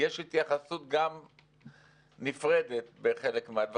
יש התייחסות נפרדת בחלק מן הדברים.